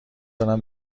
دارم